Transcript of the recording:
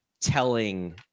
telling